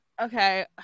Okay